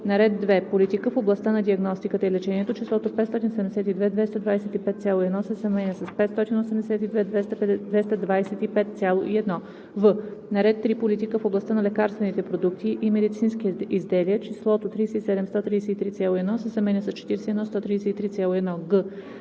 на ред 2. „Политика в областта на диагностиката и лечението числото“ „572 225,1“ се заменя с „582 225,1“. в) на ред 3. „Политика в областта на лекарствените продукти и медицински изделия“ числото „37 133,1“ се заменя с „41 133,1“.